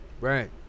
Right